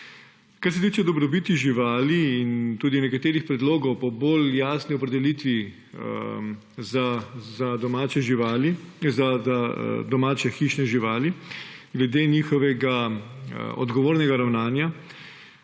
Kar se tiče dobrobiti živali in tudi nekaterih predlogov po bolj jasni opredelitvi za domače hišne živali glede njihovega odgovornega ravnanja,